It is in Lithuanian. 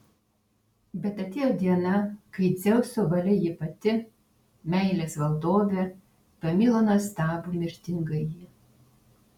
bet atėjo diena kai dzeuso valia ji pati meilės valdovė pamilo nuostabų mirtingąjį